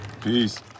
Peace